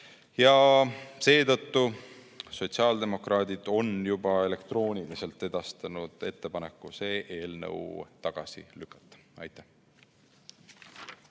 Seetõttu sotsiaaldemokraadid on juba elektrooniliselt edastanud ettepaneku see eelnõu tagasi lükata. Aitäh!